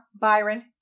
Byron